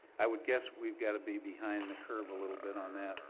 i would guess we've got to be behind the curve little bit on that,